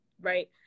right